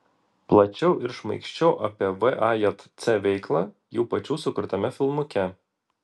plačiau ir šmaikščiau apie vajc veiklą jų pačių sukurtame filmuke